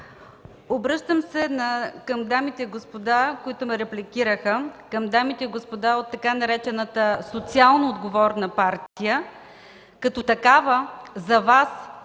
Обръщам се към дамите и господата, които ме репликираха, към дамите и господата от така наречената „социално отговорна партия”, като такава за Вас